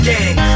Gang